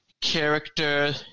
character